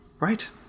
Right